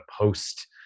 post